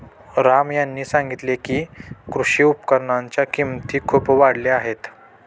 राम यांनी सांगितले की, कृषी उपकरणांच्या किमती खूप वाढल्या आहेत